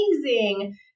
amazing